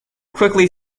quickly